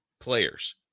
players